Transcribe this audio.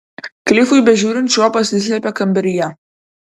klifui bežiūrint šuo pasislėpė kambaryje